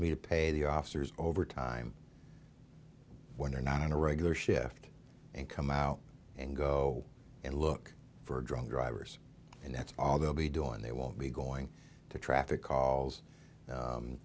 me to pay the officers over time when they're not on a regular shift and come out and go and look for drunk drivers and that's all they'll be doing they won't be going to traffic calls